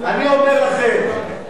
תהיה לך הזדמנות להיות פה.